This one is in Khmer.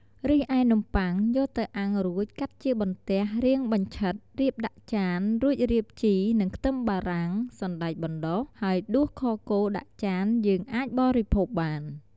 រីឯនំប័ុងយកទៅអាំំងរួចកាត់ជាបន្ទះរាងបញ្ឆិតរៀបដាក់ចានរួចរៀបជីនិងខ្ទឹមបារាំង សណ្តែកបណ្ដុះ ហើយដួសខគោដាក់ចានយើងអាចបរិភោគបាន។